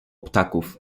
ptaków